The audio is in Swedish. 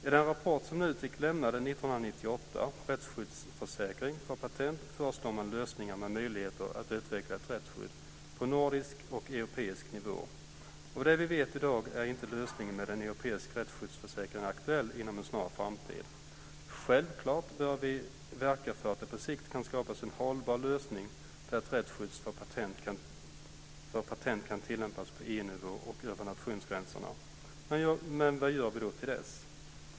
I den rapport som NUTEK lämnade 1998, Rättsskyddsförsäkring för patent, föreslår man lösningar med möjligheter att utveckla ett rättsskydd på nordisk och europeisk nivå. Det vi vet i dag är att lösningen med en europeisk rättsskyddsförsäkring inte är aktuell inom en snar framtid. Självklart bör vi verka för att det på sikt kan skapas en hållbar lösning, där ett rättsskydd för patent kan tillämpas på EU-nivå och över nationsgränserna. Vad gör vi då till dess?